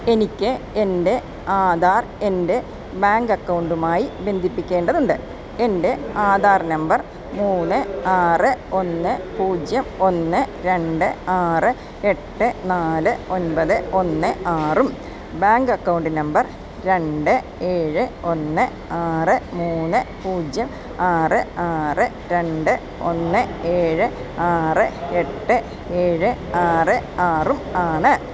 എനിക്ക് എൻ്റെ ആധാർ എൻ്റെ ബാങ്ക് അക്കൗണ്ടുമായി ബന്ധിപ്പിക്കേണ്ടതുണ്ട് എൻ്റെ ആധാർ നമ്പർ മൂന്ന് ആറ് ഒന്ന് പൂജ്യം ഒന്ന് രണ്ട് ആറ് എട്ട് നാല് ഒൻപത് ഒന്ന് ആറും ബാങ്ക് അക്കൗണ്ട് നമ്പർ രണ്ട് ഏഴ് ഒന്ന് ആറ് മൂന്ന് പൂജ്യം ആറ് ആറ് രണ്ട് ഒന്ന് ഏഴ് ആറ് എട്ട് ഏഴ് ആറ് ആറും ആണ്